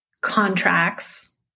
contracts